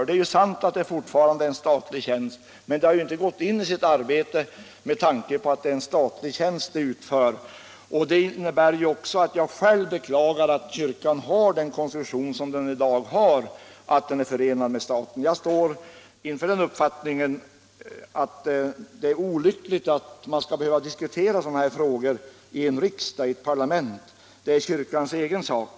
Det är ju sant att prästyrket fortfarande är en statlig tjänst, men prästerna har ju inte valt sitt arbete med tanke på att det är en statlig tjänst som de skall sköta. Själv beklagar jag också att kyrkan har den konstruktion den i dag har, nämligen detta att den är förenad med staten. Jag har den uppfattningen att det är olyckligt att man skall behöva diskutera sådana här frågor i ett parlament. Det här är kyrkans egen sak.